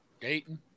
Dayton